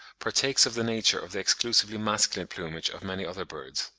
partakes of the nature of the exclusively masculine plumage of many other birds.